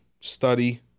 study